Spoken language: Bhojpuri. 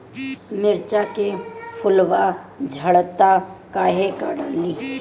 मिरचा के फुलवा झड़ता काहे का डाली?